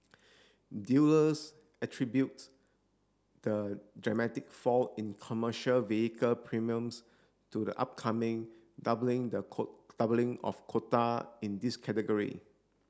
dealers attribute the dramatic fall in commercial vehicle premiums to the upcoming doubling the doubling of quota in this category